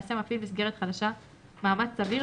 יעשה מפעיל מסגרת חדשה מאמץ סביר,